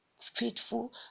faithful